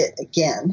again